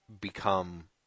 become